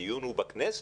הדיון הוא בכנסת,